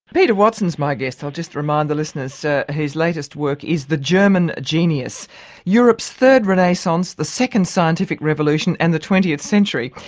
peter watson's my guest, i'll just remind the listeners, so whose latest work is the german genius europe's third renaissance, the second scientific revolution and the twentieth century.